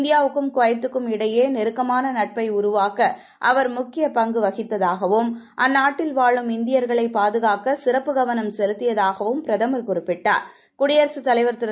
இந்தியாவுக்கும் குவைத்துக்கும் இடையே நெருக்கமான நட்பை உருவாக்க அவர் முக்கிய பங்கு வகித்ததாகவும் அந்நாட்டில் வாழும் இந்தியர்களைப் பாதுகாக்க சிறப்பு கவனம் செலுத்தியதாகவும் பிரதமர் குறிப்பிட்டார் குடியரசுத் தலைவர் திரு